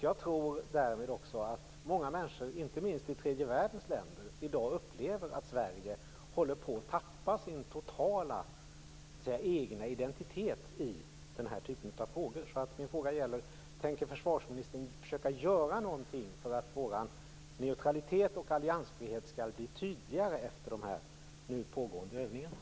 Jag tror därvid också att många människor, inte minst i tredje världens länder, i dag upplever att Sverige håller på att tappa sin totala, egna identitet i den här typen av frågor. Min fråga är alltså: Tänker försvarsministern försöka göra någonting för att vår neutralitet och alliansfrihet skall bli tydligare efter de nu pågående övningarna?